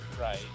right